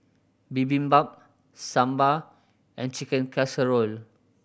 Bibimbap Sambar and Chicken Casserole